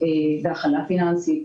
והכנה פיננסית.